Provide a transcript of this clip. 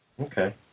Okay